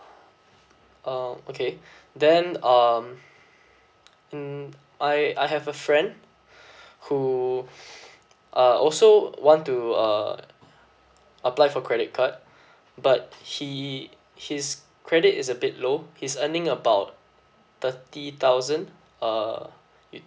uh okay then um mm I I have a friend who uh also want to uh apply for credit card but he his credit is a bit low he's earning about thirty thousand uh it